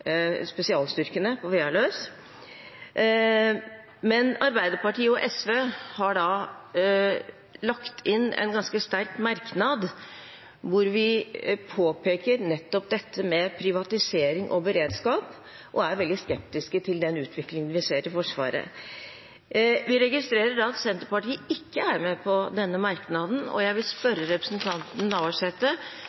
spesialstyrkene på Vealøs, men Arbeiderpartiet og SV har lagt inn en ganske sterk merknad der vi påpeker nettopp dette med privatisering og beredskap og er veldig skeptiske til den utviklingen vi ser i Forsvaret. Vi registrerer at Senterpartiet ikke er med på denne merknaden, og jeg vil